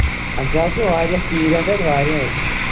اَسہِ حظ چھِ واریاہ تیٖرۍ حظ چھِ اَسہِ واریاہ حظ